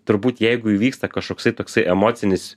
turbūt jeigu įvyksta kažkoksai toksai emocinis